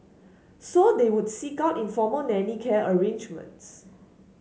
so they would seek out informal nanny care arrangements